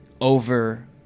over –